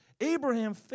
Abraham